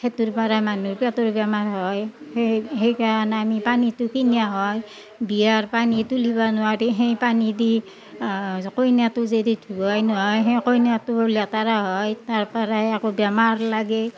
সেইটোৰ পাৰাই মানহুৰ পেটোৰ বেমাৰ হয় সেই সেইকাৰণে আমি পানীটো কিনা হয় বিয়াৰ পানী তুলিবা নোৱাৰি সেই পানী দি কইনাটো যদি ধুৱই নহয় সেই কইনাটো লেতেৰা হয় তাৰ পৰাই আকৌ বেমাৰ লাগে